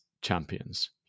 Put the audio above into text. champions